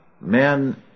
men